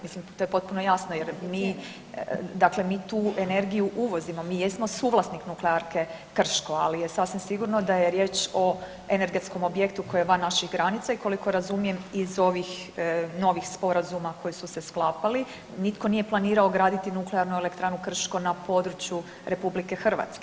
Mislim to je potpuno jasno jer mi, dakle mi tu energiju uvozimo, mi jesmo suvlasnik Nuklearke Krško, ali je sasvim sigurno da je riječ o energetskom objektu koji je van naših granica i koliko razumijem iz ovih novih sporazuma koji su se sklapali, nitko nije planirao graditi Nuklearnu elektranu Krško na području RH.